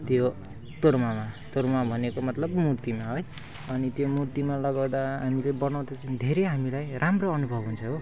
त्यो तोर्मामा तोर्मा भनेको मतलब मूर्तिमा है अनि त्यो मूर्तिमा लगाउँदा हामीले बनाउँदा चाहिँ धेरै हामीलाई राम्रो अनुभव हुन्छ हो